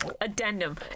Addendum